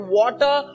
water